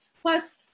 Plus